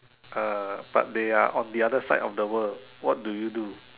uh but they are on the other side of the world what do you do